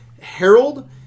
Harold